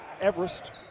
Everest